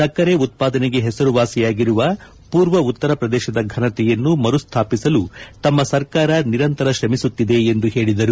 ಸಕ್ಕರೆ ಉತ್ಪಾದನೆಗೆ ಹೆಸರುವಾಸಿಯಾಗಿರುವ ಪೂರ್ವ ಉತ್ತರ ಪ್ರದೇತದ ಫನತೆಯನ್ನು ಮರು ಸ್ಥಾಪಿಸಲು ತಮ್ನ ಸರ್ಕಾರ ನಿರಂತರ ಶ್ರಮಿಸುತ್ತಿದೆ ಎಂದು ಹೇಳಿದರು